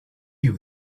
you